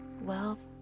wealth